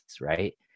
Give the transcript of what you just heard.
right